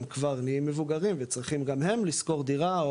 כבר נהיים מבוגרים וצריכים גם הם לשכור דירה,